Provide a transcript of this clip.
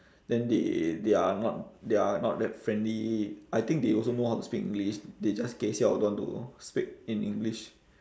then they they are not they are not that friendly I think they also know how to speak english they just gei siao don't want to speak in english